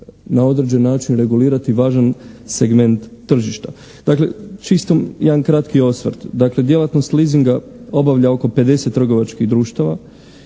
na određen način regulirati važan segment tržišta. Dakle, čistom jedan kratki osvrt. Dakle djelatnost leasinga obavlja oko 50 trgovačkih društava